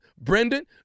Brendan